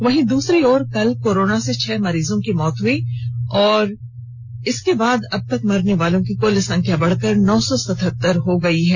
वहीं दूसरी ओर कल कोरोना से छह मरीजों की मौत के बाद अब तक मरनेवालों की कुल संख्या बढ़कर नौ सौ सतहतर पहुंच गई है